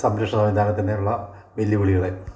സംരക്ഷണവിധാനത്തിൻ്റെയുള്ള വെല്ലുവിളികൾ